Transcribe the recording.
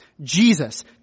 Jesus